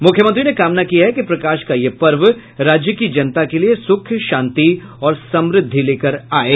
मुख्यमंत्री ने कामना की है कि प्रकाश का यह पर्व राज्य की जनता के लिए सुख शांति और समृद्धि लेकर आये